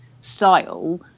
style